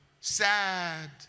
sad